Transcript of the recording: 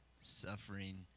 suffering